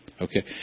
okay